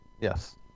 Yes